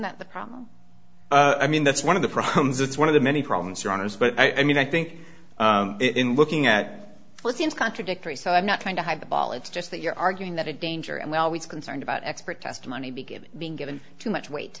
that the problem i mean that's one of the problems it's one of the many problems around us but i mean i think looking at what seems contradictory so i'm not trying to hide the ball it's just that you're arguing that a danger and we're always concerned about expert testimony be given being given too much weight